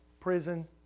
prison